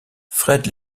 fred